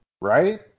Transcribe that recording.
Right